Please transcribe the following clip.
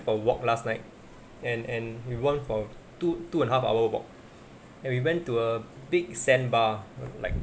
for a walk last night and and we went for two two and half hour walk and we went to a big sand bar like